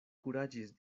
kuraĝis